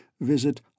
visit